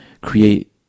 create